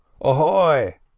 ahoy